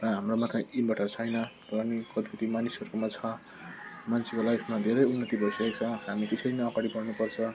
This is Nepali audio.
र हाम्रोमा चाहिँ इन्भटर छैन र नि कति मानिसहरूकोमा छ मान्छेको लाइफमा धेरै उन्नति भइसकेको छ हामी त्यसरी नै अगाडि बढ्नुपर्छ